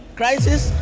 crisis